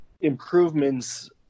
improvements